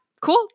Cool